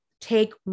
Take